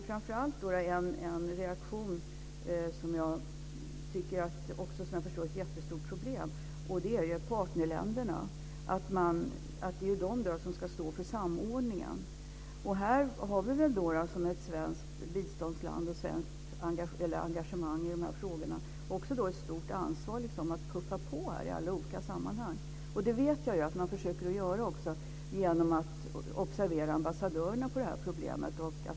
Framför allt är det en reaktion, där jag förstår att problemet är jättestort. Det gäller partnerländerna, och att de är de som ska stå för samordningen. Sverige har som biståndsland med sitt engagemang i de här frågorna också ett stort ansvar för att puffa på här i alla olika sammanhang. Jag vet också att man försöker göra det genom att be ambassadörerna observera problemet.